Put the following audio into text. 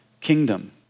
kingdom